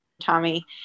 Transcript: Tommy